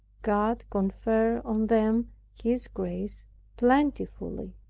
god conferred on them his grace plentifully,